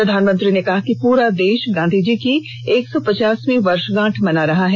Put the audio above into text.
प्रधानमंत्री ने कहा कि पूरा देश गांधी जी की एक सौ पचासवीं वर्षगांठ मना रहा है